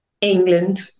England